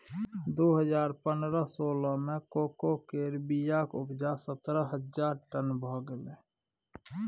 दु हजार पनरह सोलह मे कोको केर बीयाक उपजा सतरह हजार टन भए गेलै